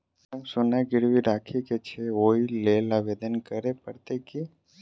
Madam सोना गिरबी राखि केँ छैय ओई लेल आवेदन करै परतै की?